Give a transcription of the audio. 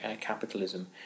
capitalism